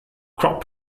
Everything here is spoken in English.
crop